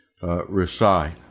Recite